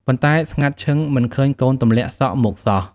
ប៉ុន្តែ ស្ងាត់ឈឹងមិនឃើញកូនទម្លាក់សក់មកសោះ ។